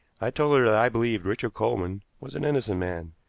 i told her that i believed richard coleman was an innocent man.